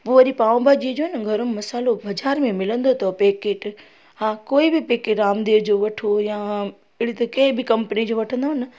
पोइ वरी पाव भाॼी जो न गरम मसालो बज़ारि में मिलंदो अथव पैकेट हा कोई बि पैकेट रामदेव जो वठो या अहिड़ी त को बि कंपनीअ जो वठंदव न